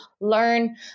learn